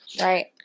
Right